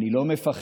אני לא מפחדת,